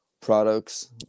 products